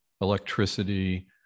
electricity